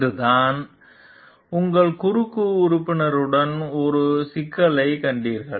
இன்று தான் உங்கள் குறுக்கு உறுப்பினருடன் ஒரு சிக்கலைக் கண்டீர்கள்